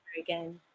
again